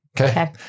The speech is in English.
Okay